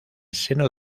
seno